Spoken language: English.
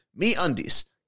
MeUndies